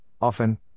often